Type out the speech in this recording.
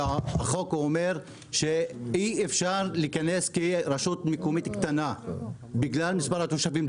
החוק אומר שאי אפשר להיכנס כרשות מקומית קטנה בגלל מספר התושבים.